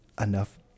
Enough